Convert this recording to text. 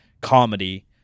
comedy